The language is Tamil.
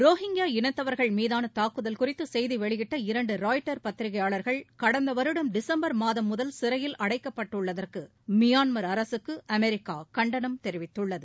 ரோஹிங்யா இனத்தவர்கள் மீதான தாக்குதல் குறித்து செய்தி வெளியிட்ட இரண்டு ராய்ட்டர் பத்திரிகையாளர்கள் கடந்த வருடம் டிசும்பர் மாதம் முதல் சிறையில் அடைக்கப்பட்டுள்ளதற்கு மியான்மர் அரசுக்கு அமெரிக்கா கண்டனம் தெரிவித்துள்ளது